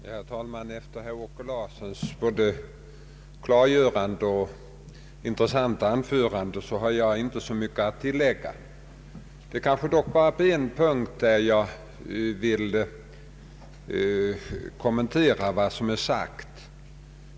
Herr talman! Efter herr Åke Larssons både klargörande och intressanta anförande har jag inte så mycket att tilllägga. Det är bara på en punkt som jag vill kommentera vad som är sagt.